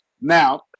Now